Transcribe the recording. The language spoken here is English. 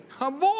Avoid